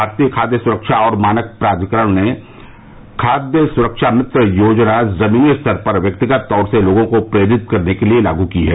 भारतीय खाद्य सुरक्षा और मानक प्राधिकरण ने खाद्य सुरक्षा भित्र योजना जमीनी स्तर पर व्यक्तिगत तौर से लोगों को प्रेरित करने के लिए लागू की है